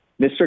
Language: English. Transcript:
Mr